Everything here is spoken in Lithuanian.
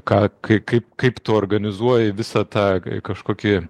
ką kaip kaip tu organizuoji visą tą kažkokį